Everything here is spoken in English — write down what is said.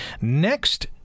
next